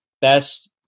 best